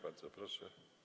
Bardzo proszę.